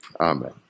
Amen